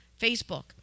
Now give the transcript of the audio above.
Facebook